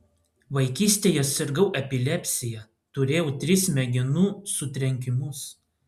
vaikystėje sirgau epilepsija turėjau tris smegenų sutrenkimus